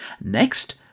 Next